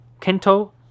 Kento